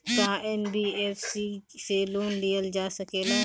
का एन.बी.एफ.सी से लोन लियल जा सकेला?